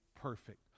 perfect